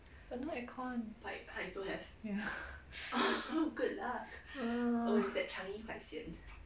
but no aircon ya err